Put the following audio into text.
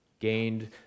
gained